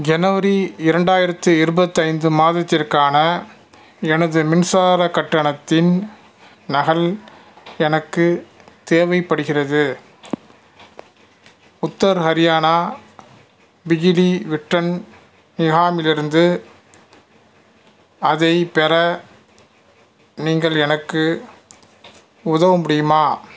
ஜனவரி இரண்டாயிரத்தி இருபத்தைந்து மாதத்திற்கான எனது மின்சாரக் கட்டணத்தின் நகல் எனக்கு தேவைப்படுகிறது உத்தர் ஹரியானா பிஜ்லி விட்ரன் நிகாமிலிருந்து அதைப் பெற நீங்கள் எனக்கு உதவ முடியுமா